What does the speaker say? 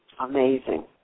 Amazing